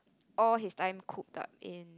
all this time cooped up in